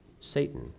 Satan